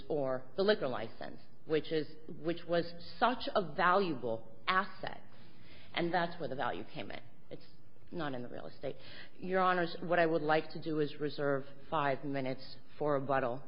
or the liquor license which is which was such a valuable asset and that's where the value payment it's not in the real estate your honour's what i would like to do is reserve five minutes for a